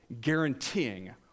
guaranteeing